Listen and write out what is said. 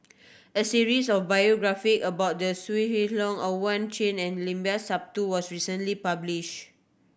a series of biography about the Wee Leong Owyang Chi and Limat Sabtu was recently published